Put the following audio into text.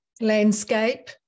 landscape